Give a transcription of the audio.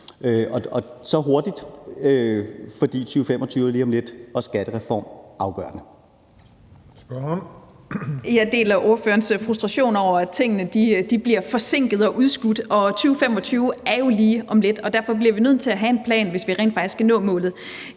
Spørgeren. Kl. 20:58 Marie Bjerre (V): Jeg deler ordførerens frustration over, at tingene bliver forsinket og udskudt. Og 2025 er jo lige om lidt, og derfor bliver vi nødt til at have en plan, hvis vi skal nå målet.